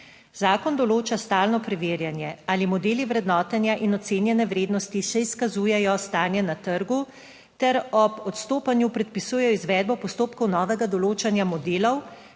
Zakon določa stalno preverjanje, ali modeli vrednotenja in ocenjene vrednosti še izkazujejo stanje na trgu ter ob odstopanju predpisujejo izvedbo postopkov novega določanja modelov,